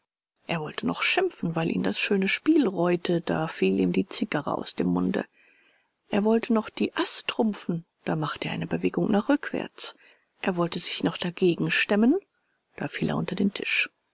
er wollte noch schimpfen weil ihn das schöne spiel reute da fiel ihm die zigarre aus dem munde er wollte noch die aß trumpfen da machte er eine bewegung nach rückwärts er wollte sich noch dagegen stemmen da fiel er unter den tisch